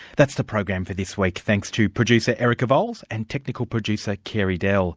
that's the program for this week. thanks to producer erica vowles, and technical producer, carey dell